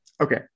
Okay